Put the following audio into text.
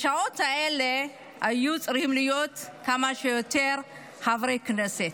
בשעות האלה היו צריכים להיות כמה שיותר חברי כנסת.